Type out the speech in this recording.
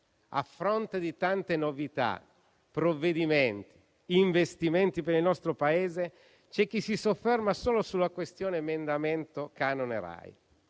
A fronte di tante novità, provvedimenti e investimenti per il nostro Paese, c'è chi si sofferma solo sulla questione dell'emendamento sul canone Rai.